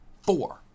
four